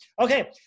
Okay